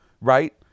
Right